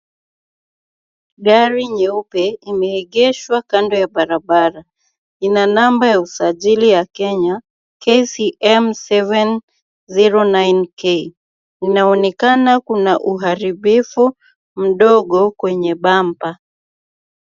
Gari nyeupe imegeshwa kando ya barabara. Ina namba ya usajili ya Kenya, KCM 709K. Inaonekana kuna uharibifu mdogo kwenye bumper .